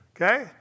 Okay